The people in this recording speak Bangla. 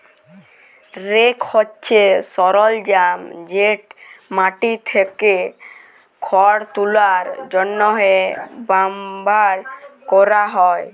রেক হছে সরলজাম যেট মাটি থ্যাকে খড় তুলার জ্যনহে ব্যাভার ক্যরা হ্যয়